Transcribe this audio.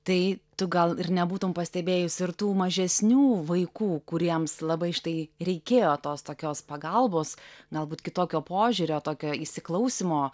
tai tu gal ir nebūtum pastebėjusi ir tų mažesnių vaikų kuriems labai štai reikėjo tos tokios pagalbos galbūt kitokio požiūrio tokio įsiklausymo